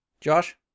josh